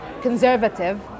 conservative